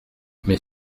mais